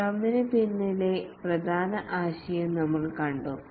സ്ക്രമിന് പിന്നിലെ പ്രധാന ആശയം നമ്മൾ കണ്ടു